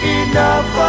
enough